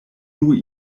nun